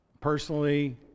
personally